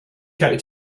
out